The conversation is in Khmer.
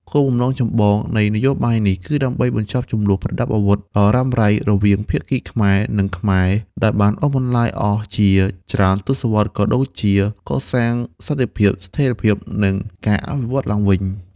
គោលបំណងចម្បងនៃនយោបាយនេះ គឺដើម្បីបញ្ចប់ជម្លោះប្រដាប់អាវុធដ៏រ៉ាំរ៉ៃ រវាងភាគីខ្មែរ និងខ្មែរ ដែលបានអូសបន្លាយអស់ជាច្រើនទសវត្សរ៍ក៏ដូចជាកសាងសន្តិភាព ស្ថិរភាព និងការអភិវឌ្ឍឡើងវិញ។